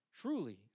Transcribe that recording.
Truly